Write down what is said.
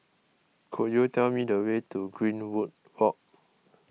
could you tell me the way to Greenwood Walk